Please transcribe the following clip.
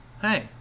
Hey